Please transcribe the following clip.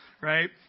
Right